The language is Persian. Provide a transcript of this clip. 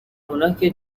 اوناکه